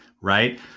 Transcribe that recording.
right